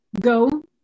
go